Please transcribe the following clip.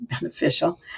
beneficial